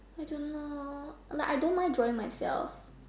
I don't know like I don't mind drawing myself